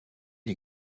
les